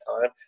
time